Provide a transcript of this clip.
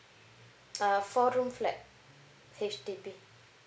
uh four room flat H_D_B